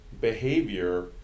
behavior